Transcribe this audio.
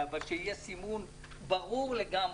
אבל שיהיה סימון ברור לגמרי,